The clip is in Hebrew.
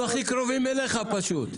אנחנו הכי קרובים אליך פשוט.